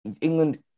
England